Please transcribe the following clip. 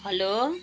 hello